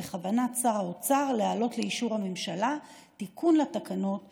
בכוונת שר האוצר להעלות לאישור הממשלה תיקון לתקנות שבענייננו,